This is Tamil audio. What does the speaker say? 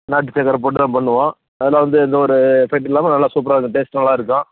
நாட்டு சக்கரை போட்டு தான் பண்ணுவோம் அதில் வந்து எந்த ஒரு எஃபெக்ட்டும் இல்லாமல் நல்லா சூப்பராக இருக்கும் டேஸ்ட்டும் நல்லா இருக்கும்